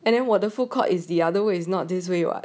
and then 我的 food court is the other ways not this way [what]